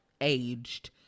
aged